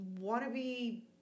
wannabe